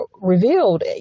revealed